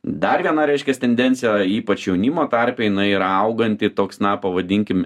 dar viena reiškias tendencija ypač jaunimo tarpe jinai yra auganti toks na pavadinkim